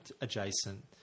adjacent